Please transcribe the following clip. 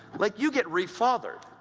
like, you get re-fathered.